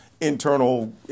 internal